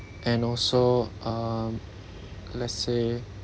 and also um let's say